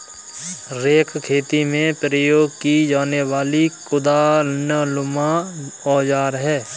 rake खेती में प्रयोग की जाने वाली कुदालनुमा औजार है